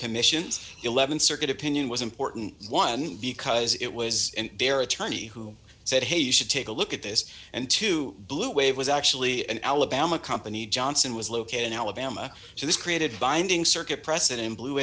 commissions th circuit opinion was important one because it was their attorney who said hey you should take a look at this and two blue wave was actually an alabama company johnson was located in alabama so this created binding circuit precedent